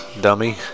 dummy